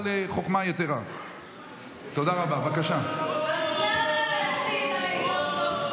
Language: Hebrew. החוק יעבור לוועדת החינוך,